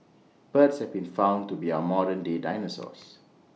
birds have been found to be our modern day dinosaurs